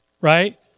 right